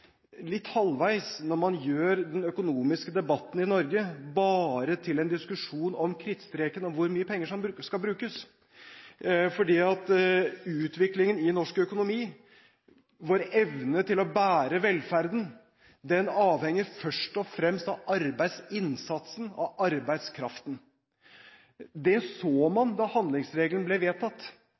litt halvveis når man gjør den økonomiske debatten i Norge bare til en diskusjon om krittstreken som er satt for hvor mye penger som skal brukes. Utviklingen i norsk økonomi, vår evne til å bære velferden, avhenger først og fremst av arbeidsinnsatsen og arbeidskraften. Det så man da handlingsregelen ble vedtatt.